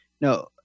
No